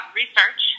research